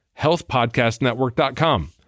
healthpodcastnetwork.com